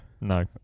No